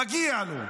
מגיע לו.